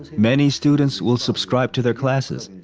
many students will subscribe to their classes.